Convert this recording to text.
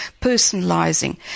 personalizing